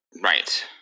Right